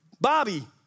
Bobby